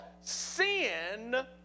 sin